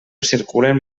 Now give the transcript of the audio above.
circulen